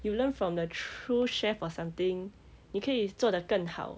you learn from the true chef or something 你可以做得更好